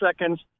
seconds